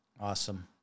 Awesome